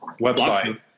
website